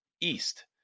east